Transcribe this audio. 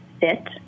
sit